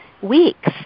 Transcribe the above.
weeks